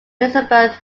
elizabeth